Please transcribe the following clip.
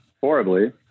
horribly